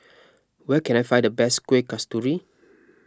where can I find the best Kueh Kasturi